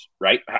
right